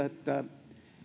että